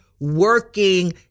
working